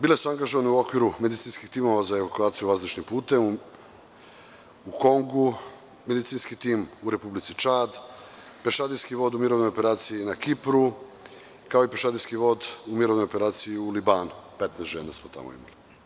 Bile su angažovane u okviru medicinskih timova za evakuaciju vazdušnim putem u Kongu, medicinski tim u Republici Čad, pešadijski vod u mirovnoj operaciji na Kipru, kao i pešadijski vod u mirovnoj operaciji u Libanu, 15 žena smo tamo imali.